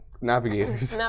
navigators